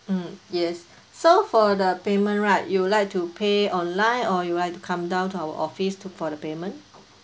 mm yes so for the payment right you'd like to pay online or you'd like to come down to our office to for the payment